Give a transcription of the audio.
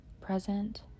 present